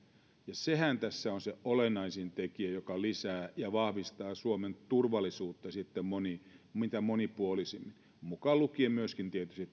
sehän tässä on se olennaisin tekijä joka lisää ja vahvistaa suomen turvallisuutta mitä monipuolisimmin mukaan lukien tietysti